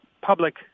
public